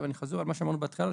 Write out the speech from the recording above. אני חוזר על מה שאמרנו בהתחלה,